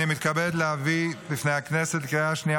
אני מתכוון להביא בפני הכנסת לקריאה שנייה